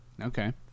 Okay